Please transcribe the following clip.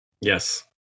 Yes